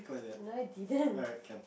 no I didn't